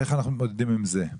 איך אנחנו מתמודדים עם זה?